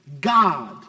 God